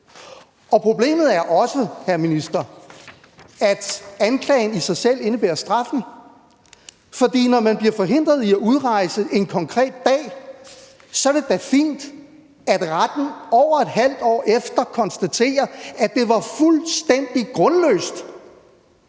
Og problemet er også, hr. minister, at anklagen i sig selv indebærer straffen, for når man bliver forhindret i at udrejse en konkret dag, er det da fint, at retten over et halvt år efter konstaterer, at det var fuldstændig grundløst